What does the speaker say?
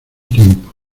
tiempo